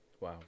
Wow